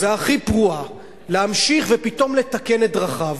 הכי פרועה, להמשיך ופתאום לתקן את דרכיו.